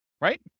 right